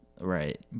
right